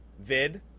Vid